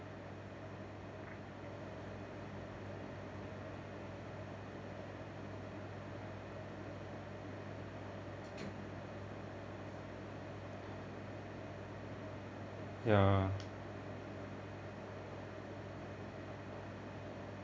ya